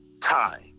time